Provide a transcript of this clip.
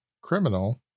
criminal